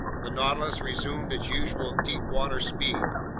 the nautilus resumed its usual deep-water speed.